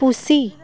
ᱯᱩᱥᱤ